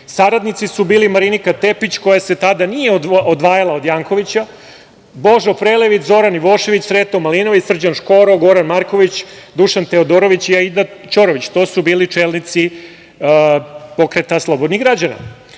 saradnici su bili Marinika Tepić koja se tada nije odvajala od Jankovića, Božo Prelević, Zoran Ivošević, Sreto Malinović, Srđan Škoro, Goran Marković, Dušan Teodorović i Aida Ćorović. To su bili čelnici Pokreta slobodnih građana.